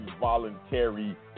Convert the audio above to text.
voluntary